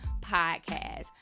podcast